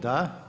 Da.